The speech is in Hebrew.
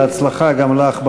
בהצלחה גם לך במשחק.